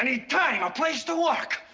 i need time, a place to work!